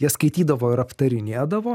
jie skaitydavo ir aptarinėdavo